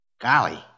Golly